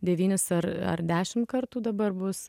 devynis ar ar dešim kartų dabar bus